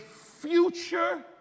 future